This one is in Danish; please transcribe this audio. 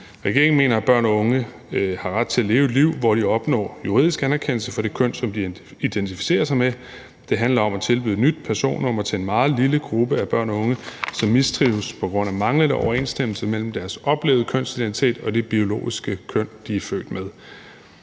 Regeringen mener, at børn og unge har ret til at leve et liv, hvor de opnår juridisk anerkendelse for det køn, som de identificerer sig med. Det handler om at tilbyde et nyt personnummer til en meget lille gruppe af børn og unge, som mistrives på grund af manglende overensstemmelse mellem deres oplevede kønsidentitet og det biologiske køn, de er født med,